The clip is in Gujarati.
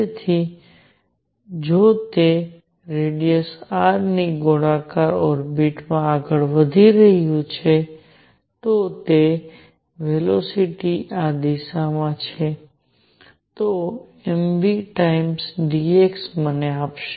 તેથી જો તે રેડિયસ r ની ગોળાકાર ઓર્બિટ માં આગળ વધી રહ્યું છે તો તેની વેલોસીટી આ દિશામાં છે તો m v ટાઇમ્સ dx મને આપશે